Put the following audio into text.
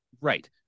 right